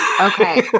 Okay